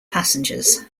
passengers